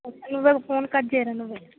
నువ్వే phone cut చేయరా నువ్వే